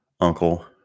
uncle